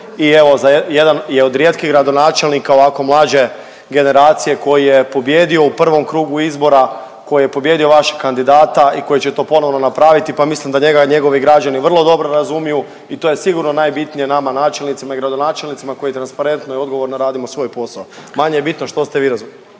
i evo jedan je od rijetkih gradonačelnika ovako mlađe generacije koji je pobijedio u prvom krugu izbora, koji je pobijedio vašeg kandidata i koji će to ponovno napraviti, pa mislim da njega njegovi građani vrlo dobro razumiju i to je sigurno najbitnije nama načelnicima i gradonačelnicima koji transparentno i odgovorno radimo svoj posao, manje je bitno što ste vi razumjeli.